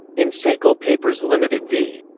in sakal papers ltd. v.